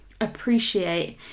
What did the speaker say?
appreciate